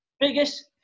biggest